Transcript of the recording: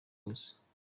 yose